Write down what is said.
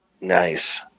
Nice